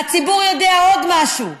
והציבור יודע עוד משהו,